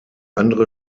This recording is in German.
andere